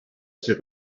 stuk